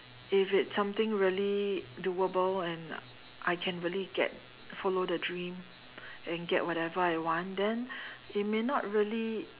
if it's something really doable and I can really get follow the dream and get whatever I want then it may not really